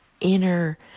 inner